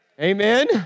Amen